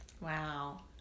Wow